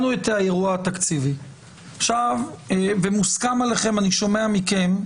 הבנו את האירוע התקציבי ואני שומע מכם,